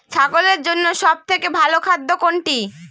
ছাগলের জন্য সব থেকে ভালো খাদ্য কোনটি?